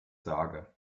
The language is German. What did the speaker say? sage